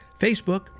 Facebook